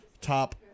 top